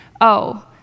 Oh